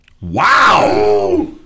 Wow